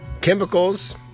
chemicals